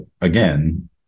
again